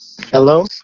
Hello